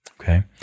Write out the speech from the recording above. okay